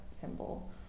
symbol